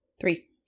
Three